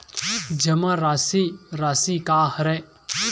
जमा राशि राशि का हरय?